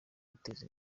guteza